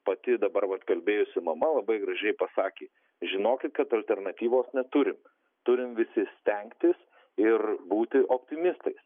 pati dabar vat kalbėjusi mama labai gražiai pasakė žinokit kad alternatyvos neturime turim visi stengtis ir būti optimistais